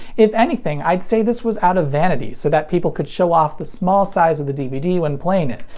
if anything i'd say this was out of vanity, so that people could show off the small size of the dvd when playing it.